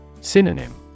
Synonym